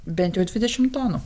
bent jau dvidešimt tonų